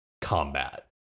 combat